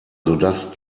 sodass